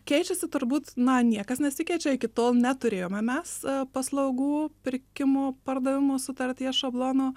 keičiasi turbūt na niekas nesikeičia iki tol neturėjome mes paslaugų pirkimo pardavimo sutarties šablono